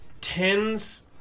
tens